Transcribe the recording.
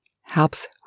helps